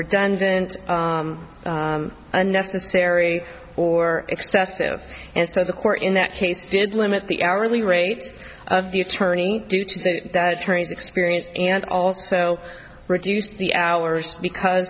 redundant unnecessary or excessive and so the court in that case did limit the hourly rate of the attorney due to that turns experience and also reduced the hours because